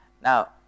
Now